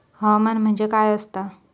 हवामान म्हणजे काय असता?